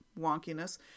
wonkiness